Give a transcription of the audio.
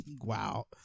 Wow